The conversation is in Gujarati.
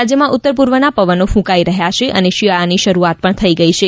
રાજ્યમાં ઉત્તરપૂર્વના પવનો ક્રંકાઇ રહ્યા છે અને શિયાળાની શરૂઆત પણ થઇ ગઇ છે